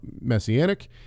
messianic